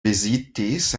vizitis